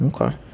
okay